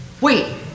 Wait